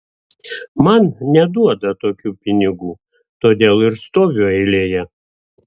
man neduoda tokių pinigų todėl ir stoviu eilėje